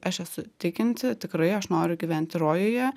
aš esu tikinti tikrai aš noriu gyventi rojuje